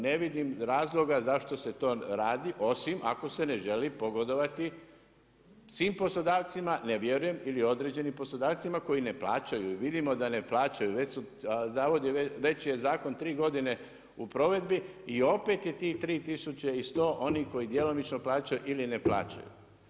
Ne vidim razloga zašto se to radi osim ako se ne želi pogodovati svim poslodavcima, ne vjerujem ili određenim poslodavcima koji ne plaćaju i vidimo da ne plaćaju, već su, zavod je već, već je zakon 3 godine u provedbi i opet je tih 3100 onih koji djelomično plaćaju ili ne plaćaju.